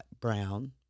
Brown